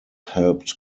helped